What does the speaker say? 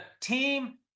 team